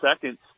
seconds